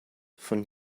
von